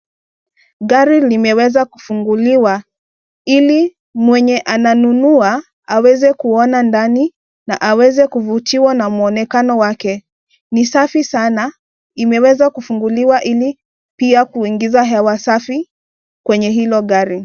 Gari limeweza kufunguliwa, ili mwenye ananunua, aweze kuona ndani na aweze kuvutiwa na muonekano wake. Ni safi sana imeweza kufunguliwa ili pia kuingiza hewa safi kwenye hilo gari.